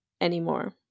anymore